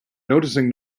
noticing